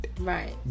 Right